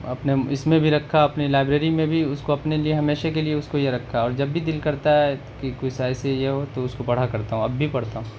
اپنے اس میں بھی رکھا اپنے لائبریری میں بھی اس کو اپنے لیے ہمیشہ کے لیے اس کو یہ رکھا اور جب بھی دل کرتا ہے کہ کچھ ایسے یہ ہو تو اس کو پڑھا کرتا ہوں اب بھی پڑھتا ہوں